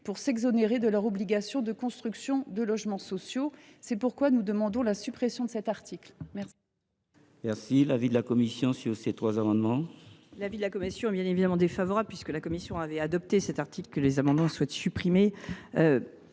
pour s’exonérer de leur obligation de construction de logements sociaux. C’est pourquoi nous demandons la suppression de cet article. Quel